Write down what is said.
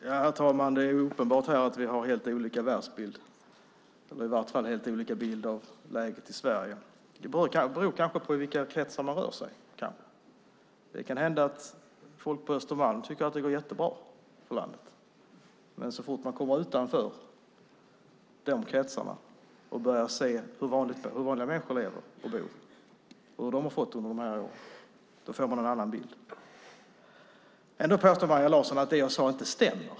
Herr talman! Det är uppenbart att vi har helt olika världsbilder eller i vart fall helt olika bilder av läget i Sverige. Det kanske beror på i vilka kretsar man rör sig. Det kan hända att folk på Östermalm tycker att det går jättebra för landet, men så fort man kommer utanför de kretsarna och börjar se hur vanliga människor lever och bor och hur de har fått det under de här åren får man en annan bild. Ändå påstår Maria Larsson att det jag sade inte stämmer.